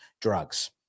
drugs